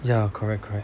ya correct correct